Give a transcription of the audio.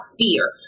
fear